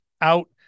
out